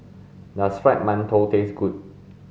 does fried mantou taste good